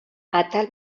atal